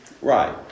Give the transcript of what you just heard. Right